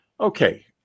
Okay